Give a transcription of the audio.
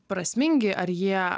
prasmingi ar jie